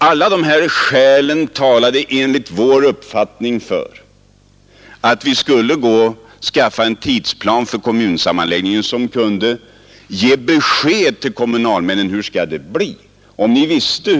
Enligt vår uppfattning talade dessa skäl för att vi skulle göra upp en tidsplan för kommunsammanläggningen, vilken kunde ge kommunalmännen besked om hur det skulle bli i framtiden.